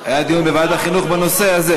היה דיון בוועדת החינוך בנושא הזה?